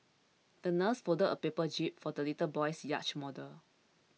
the nurse folded a paper jib for the little boy's yacht model